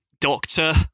doctor